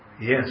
Yes